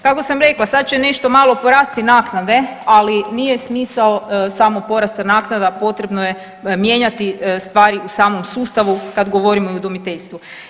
Kako sam rekla, sad će nešto malo porasti naknade, ali nije smisao samo porasta naknada, potrebno je mijenjati stvari u samom sustavu kad govorimo i o udomiteljstvu.